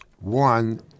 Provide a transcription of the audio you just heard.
One